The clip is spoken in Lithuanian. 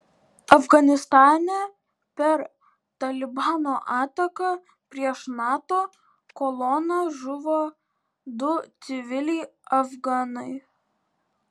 afganistane per talibano ataką prieš nato koloną žuvo du civiliai afganai